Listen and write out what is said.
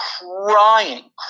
crying